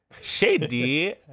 Shady